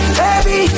baby